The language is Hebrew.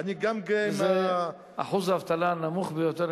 זה אחוז האבטלה הנמוך ביותר,